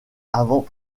avant